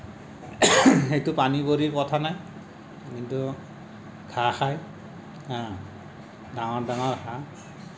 সেইটো পানী বুলি কথা নাই সেইটো ঘাঁহ খায় হা ডাঙৰ ডাঙৰ হাঁহ